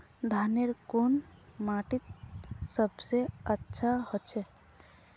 धानेर कुन माटित सबसे अच्छा होचे?